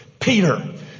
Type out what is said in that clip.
Peter